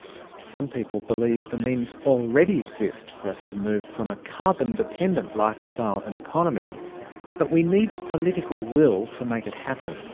some people believe the means already exist for us to move from a carbon-dependant lifestyle and economy but we need political will to make it happen.